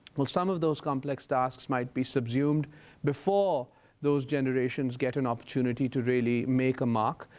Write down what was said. well, some of those complex tasks might be subsumed before those generations get an opportunity to really make a mark.